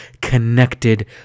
connected